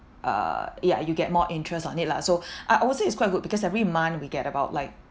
uh ya you get more interest on it lah so I I'll say it's quite good because every month we get about like